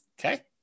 Okay